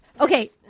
okay